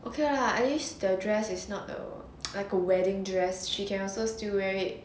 okay lah at least the dress is not the like a wedding dress she can also still wear it